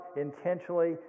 intentionally